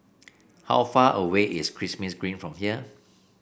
how far away is Kismis Green from here